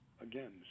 Again